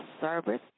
service